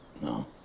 No